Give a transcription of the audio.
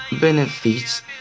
benefits